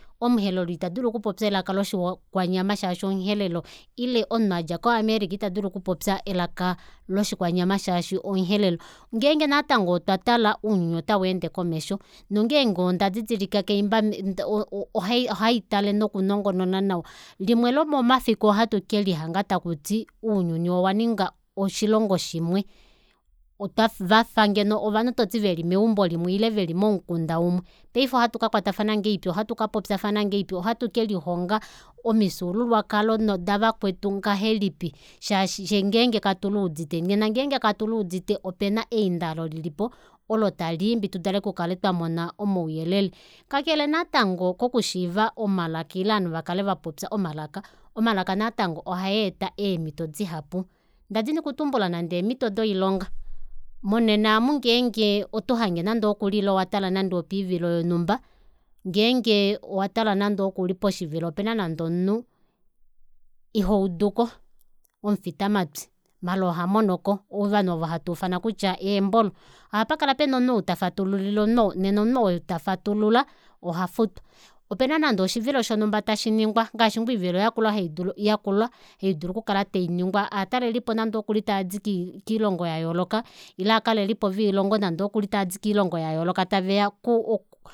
Omuherero ita dulu okupopya elaka loshikwanyama shaashi omuherero ile omunhu adja ko america itadulu okupopya elaka loshikwanyama shaashi omuherero ngenge natango otwa tala ounyuni ota weende wayuka komesho nongenge otwa didilika kaimba natango o- o- o- ohaitale nokunongonona nawa limwe lomomafiku ohatu kelihaluka takuti ounyuni owaninga oshilongo shimwe vafa ngeno omunhu toti ovanhu veli meumbo limwe ile momukunda umwe paife ohatu kakwatafana ngahelipi ohatu kapopyafana ngahelipi ohatukelihonga omifyuululwakalo davakwetu ngahelipi shaashi fyee ngenge katu luudite nena ngenge katuluudite opena einda olo lilipo olo taliimbi tudule okukala twamona omauyelele kakele natango kokushiiva omalaka ile ovanhu vakale vapopya omalaka omalaka natango ohaa eta eemito dihapu ndadini okutumbula nande eemito doilonga monena omu ngenge otohange nande okuli ile owatala nande opoivilo yonumba ngenge owatala nande okuli poshivilo opena nande omunhu ihauduko omufita matwi maala ohamonoko ovanhu ovanhu ovo hatuufana kutya eembolo ohapakala pena omunhu oo tafatululile omunhu oo nena omunhu oo tafatulula ohafutwa opena nande oshivilo shonumba tashiningwa ngaashi ngoo oivilo yakula haidulu okukala tainingwa ovatalelipo nande okuli taadi kiilongo yayooloka ile ovakalelipo voilongo nande okuli taadi kiilongo yayooloka taveya oku